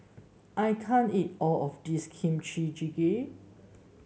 I can't eat all of this Kimchi Jjigae